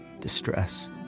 distress